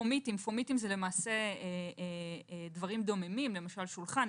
פומיטים שזה דברים דוממים כמו שולחן,